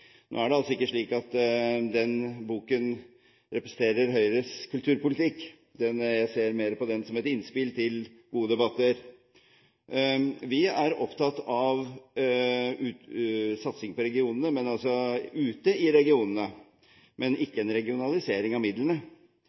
Nå er det altså ikke slik at den boken representerer Høyres kulturpolitikk. Jeg ser mer på den som et innspill til gode debatter. Vi er opptatt av satsing på regionene, men altså ute i regionene, ikke en regionalisering av midlene.